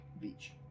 beach